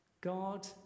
God